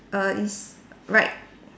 err is right